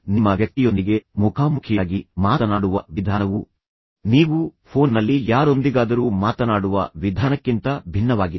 ನೀವು ನಿಮ್ಮ ವ್ಯಕ್ತಿಯೊಂದಿಗೆ ಮುಖಾಮುಖಿಯಾಗಿ ಮಾತನಾಡುವ ವಿಧಾನವು ನೀವು ಫೋನ್ ನಲ್ಲಿ ಯಾರೊಂದಿಗಾದರೂ ಮಾತನಾಡುವ ವಿಧಾನಕ್ಕಿಂತ ಭಿನ್ನವಾಗಿದೆ